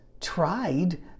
tried